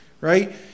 right